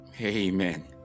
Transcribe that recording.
amen